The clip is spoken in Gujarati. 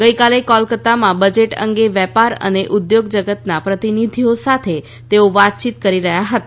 ગઇકાલે કોલકતામાં બજેટ અંગે વેપાર અને ઉદ્યોગ જગતના પ્રતિનિધીઓ સાથે તેઓ વાતયીત કરી રહ્યા હતા